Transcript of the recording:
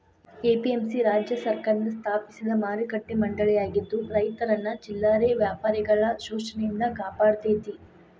APMC ರಾಜ್ಯ ಸರ್ಕಾರದಿಂದ ಸ್ಥಾಪಿಸಿದ ಮಾರುಕಟ್ಟೆ ಮಂಡಳಿಯಾಗಿದ್ದು ರೈತರನ್ನ ಚಿಲ್ಲರೆ ವ್ಯಾಪಾರಿಗಳ ಶೋಷಣೆಯಿಂದ ಕಾಪಾಡತೇತಿ